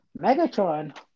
Megatron